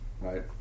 right